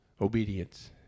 Obedience